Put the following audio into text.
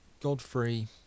Godfrey